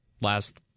last